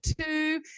two